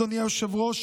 אדוני היושב-ראש,